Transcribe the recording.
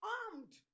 armed